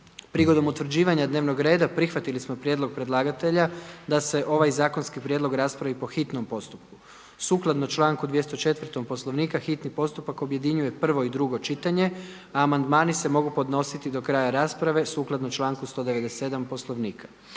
Prilikom utvrđivanja dnevnog reda prihvatili smo prijedlog predlagatelja da se ovaj zakonski prijedlog raspravi po hitnom postupku. Sukladno članku 204. Poslovnika hitni postupak objedinjuje prvo i drugo čitanje, a amandmani se mogu podnositi do kraja rasprave sukladno članku 197. Poslovnika.